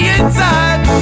inside